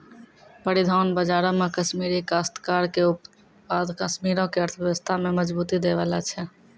परिधान बजारो मे कश्मीरी काश्तकार के उत्पाद कश्मीरो के अर्थव्यवस्था में मजबूती दै बाला छै